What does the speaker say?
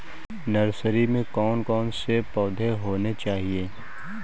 Nursery में कौन कौन से पौधे होने चाहिए?